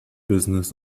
business